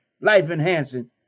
life-enhancing